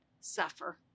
suffer